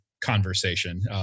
conversation